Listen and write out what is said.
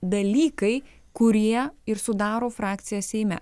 dalykai kurie ir sudaro frakciją seime